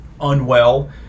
unwell